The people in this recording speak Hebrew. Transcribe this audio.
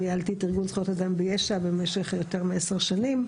ניהלתי את ארגון זכויות אדם ביש"ע במשך יותר מ-10 שנים.